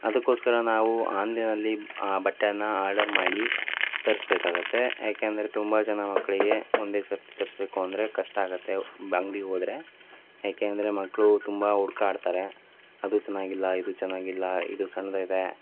ಅದಕ್ಕೋಸ್ಕರ ನಾವು ಆನ್ಲೈನಲ್ಲಿ ಆ ಬಟ್ಟೆಯನ್ನು ಆರ್ಡರ್ ಮಾಡಿ ತರಿಸ್ಬೇಕಾಗುತ್ತೆ ಯಾಕೆಂದರೆ ತುಂಬ ಜನ ಮಕ್ಕಳಿಗೆ ಒಂದೇ ಸರ್ತಿ ತರಿಸ್ಬೇಕು ಅಂದರೆ ಕಷ್ಟ ಆಗುತ್ತೆ ಅಂಗ್ಡಿಗೆ ಹೋದ್ರೆ ಯಾಕೆ ಅಂದರೆ ಮಕ್ಕಳು ತುಂಬ ಹುಡ್ಕಾಡ್ತಾರೆ ಅದು ಚೆನ್ನಾಗಿಲ್ಲ ಇದು ಚೆನ್ನಾಗಿಲ್ಲ ಇದು ಸಣ್ಣದಿದೆ